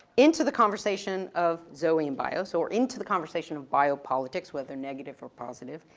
into the conversation of zoe and bios or into the conversation of biopolitics, whether they're negative or positive.